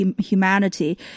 humanity